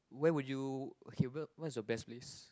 where would you okay what what is your best place